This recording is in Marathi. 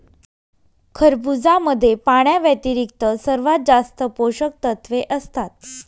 खरबुजामध्ये पाण्याव्यतिरिक्त सर्वात जास्त पोषकतत्वे असतात